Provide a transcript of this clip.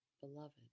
beloved